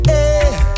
Hey